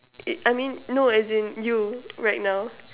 uh I mean no as in you right now